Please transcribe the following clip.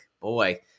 boy